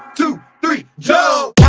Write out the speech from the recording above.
to go